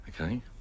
okay